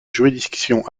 juridiction